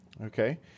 okay